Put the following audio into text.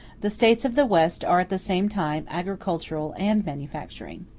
the states of the west are at the same time agricultural and manufacturing.